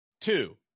two